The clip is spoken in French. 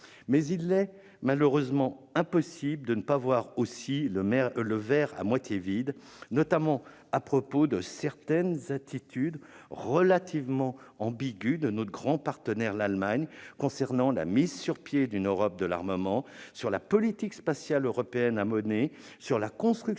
Mais il est malheureusement impossible aussi de ne pas voir le verre à moitié vide, notamment à propos de certaines attitudes relativement ambiguës de notre grand partenaire, l'Allemagne, concernant la mise sur pied d'une Europe de l'armement, la politique spatiale européenne à mener, la construction